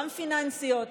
גם פיננסיות,